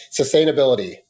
sustainability